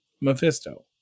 Mephisto